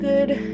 Good